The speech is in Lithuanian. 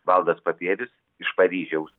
valdas papievis iš paryžiaus